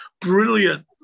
brilliant